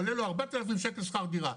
עולה לו 4,000 שקל שכר דירה,